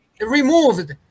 removed